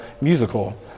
musical